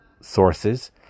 sources